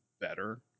better